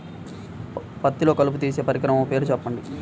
పత్తిలో కలుపు తీసే పరికరము పేరు చెప్పండి